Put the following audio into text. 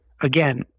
Again